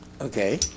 okay